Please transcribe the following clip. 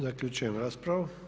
Zaključujem raspravu.